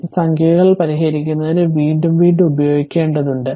ഇത് സംഖ്യകൾ പരിഹരിക്കുന്നതിന് വീണ്ടും വീണ്ടും ഉപയോഗിക്കേണ്ടതുണ്ട്